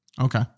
Okay